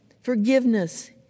forgiveness